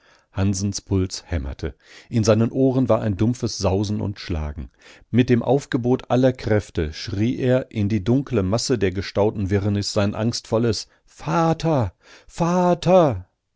hansens puls hämmerte in seinen ohren war ein dumpfes sausen und schlagen mit dem aufgebot aller kräfte schrie er in die dunkle masse der gestauten wirrnis sein angstvolles vater vater